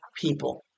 people